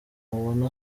mubona